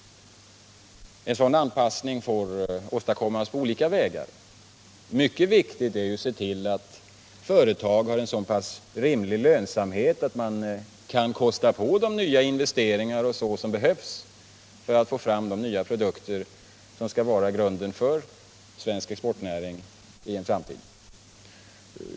En sådan anpassning får åstadkommas på olika vägar. Mycket viktigt är att se till att företagen får en så pass rimlig lönsamhet att de kan kosta på de nya investeringar som behövs för att få fram de nya produkter som skall vara grunden för svensk exportnäring i en framtid.